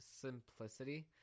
simplicity